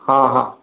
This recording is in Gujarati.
હં હં